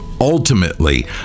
ultimately